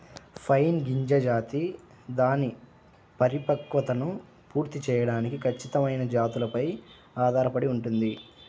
pine గింజ జాతి దాని పరిపక్వతను పూర్తి చేయడానికి ఖచ్చితమైన జాతులపై ఆధారపడి ఉంటుంది